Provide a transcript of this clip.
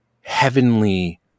heavenly